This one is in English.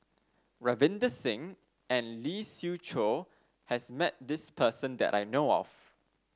Ravinder Singh and Lee Siew Choh has met this person that I know of